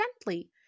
gently